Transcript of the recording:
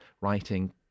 writing